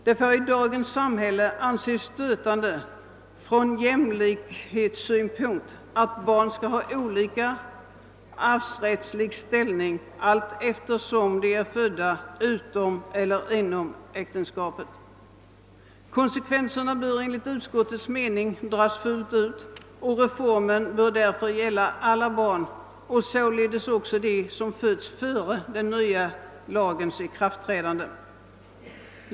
Det får i dagens samhälle anses stötande från jämlikhetssynpunkt att barn skall ha olika arvsrättslig ställning beroende på om de är födda utom eller inom äktenskapet. Konsekvenserna bör enligt utskottets mening dras fullt ut och reformen bör därför gälla alla barn, således också dem som fötts före den nya lagens ikraftträdande.